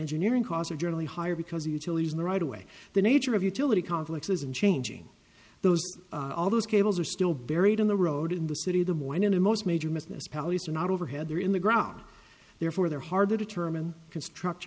engineering costs are generally higher because utilities in right away the nature of utility conflicts isn't changing those all those cables are still buried in the road in the city the morning in most major miss palliser not overhead they're in the ground therefore they're hard to determine construct